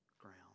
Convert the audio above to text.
ground